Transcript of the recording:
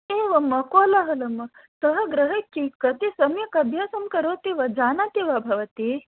एवं वा कोलाहलं वा सः गृहे कति सम्यक् अभ्यासं करोति जानाति वा भवती